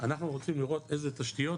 אנחנו רוצים לראות איזה תשתיות